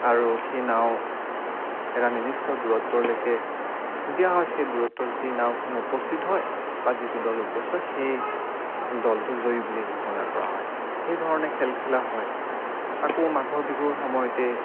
আৰু সেই নাও এটা নিৰ্দিষ্ট দূৰত্বলৈকে দিয়া হয় সেই দূৰত্বত যি নাওখন উপস্থিত হয় বা যিটো দল উপস্থিত হয় সেই দলটো জয়ী বুলি ঘোষণা কৰা হয় সেই ধৰণে খেল খেলা হয় আকৌ মাঘৰ বিহুৰ সময়তে